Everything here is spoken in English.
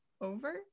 over